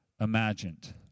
imagined